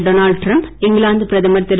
Donald Trump England பிரதமர் திரு